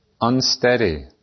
unsteady